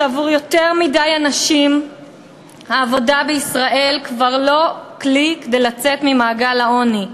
שעבור יותר מדי אנשים העבודה בישראל כבר אינה כלי כדי לצאת ממעגל העוני,